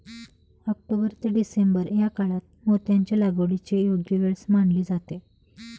October ते December या काळात मोत्यांच्या लागवडीची योग्य वेळ मानली जाते